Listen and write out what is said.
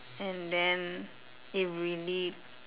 and then it really